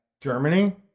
Germany